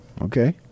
Okay